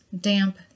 damp